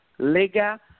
Lega